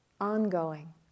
ongoing